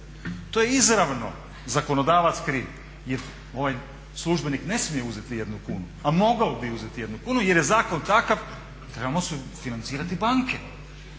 To je izravno zakonodavac kriv jer ovaj službenik ne smije uzeti jednu kunu, a mogao bi uzeti jednu kunu jer je zakon takav da trebamo financirati banke.